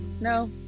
no